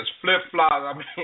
flip-flops